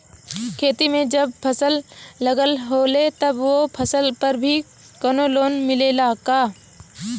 खेत में जब फसल लगल होले तब ओ फसल पर भी कौनो लोन मिलेला का?